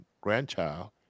grandchild